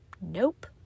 Nope